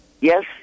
Yes